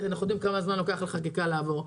אנחנו יודעים כמה זמן לוקח לחקיקה לעבור.